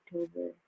October